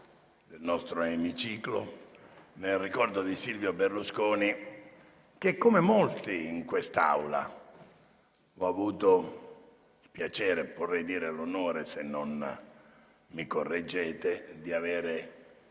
del nostro emiciclo, nel ricordo di Silvio Berlusconi, che - come molti in quest'Aula - ho avuto il piacere, vorrei dire l'onore, se non mi correggete, di